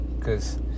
cause